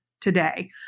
today